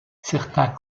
certains